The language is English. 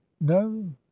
no